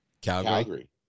Calgary